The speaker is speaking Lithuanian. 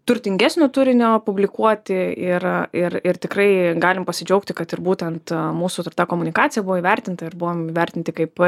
turtingesnio turinio publikuoti ir ir ir tikrai galim pasidžiaugti kad ir būtent mūsų dar ta komunikacija buvo įvertinta ir buvom įvertinti kaip